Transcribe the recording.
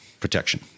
protection